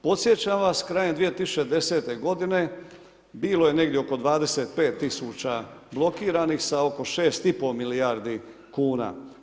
Podsjećam vas, krajem 2010. godine bilo je negdje oko 25 000 blokiranih sa oko 6,5 milijardi kuna.